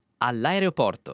All'aeroporto